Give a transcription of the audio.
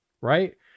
right